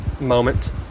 moment